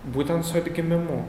būtent su atgimimu